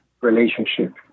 relationship